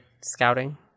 scouting